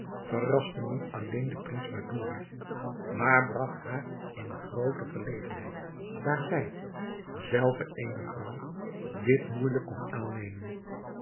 verraste niet alleen de prinses badoura maar bragt haar in groote verlegenheid daar zij zelve eene vrouw dit moeijelijk kon aannemen